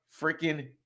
freaking